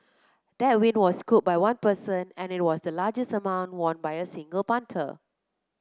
that win was scooped by one person and it was the largest amount won by a single punter